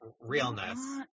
Realness